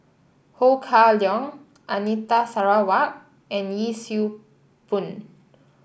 Ho Kah Leong Anita Sarawak and Yee Siew Pun